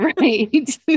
right